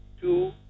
Two